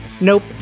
nope